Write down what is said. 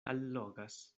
allogas